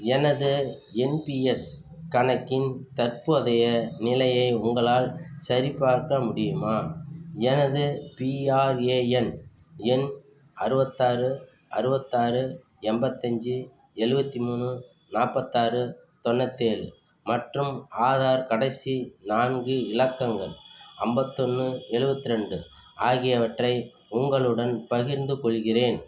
எனது என்பிஎஸ் கணக்கின் தற்போதைய நிலையை உங்களால் சரிபார்க்க முடியுமா எனது பிஆர்ஏஎன் எண் அறுபத்தாறு அறுபத்தாறு எண்பத்தஞ்சி எழுவத்தி மூணு நாற்பத்தாறு தொண்ணூத்தேழு மற்றும் ஆதார் கடைசி நான்கு இலக்கங்கள் ஐம்பத்தொன்னு எழுவத்தி ரெண்டு ஆகியவற்றை உங்களுடன் பகிர்ந்து கொள்கின்றேன்